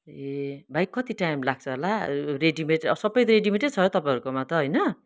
ए भाइ कति टाइम लाग्छ होला रेडिमेड सबै रेडिमेडै छ तपाईँहरूकोमा त होइन